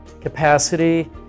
capacity